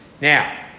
Now